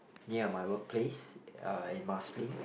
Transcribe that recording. near my work place uh in Marsiling